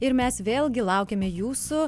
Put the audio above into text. ir mes vėl gi laukiame jūsų